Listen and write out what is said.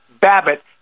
Babbitt